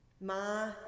Ma